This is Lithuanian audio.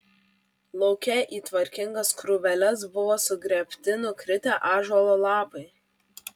lauke į tvarkingas krūveles buvo sugrėbti nukritę ąžuolo lapai